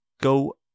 go